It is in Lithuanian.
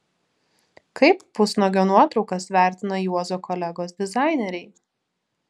kaip pusnuogio nuotraukas vertina juozo kolegos dizaineriai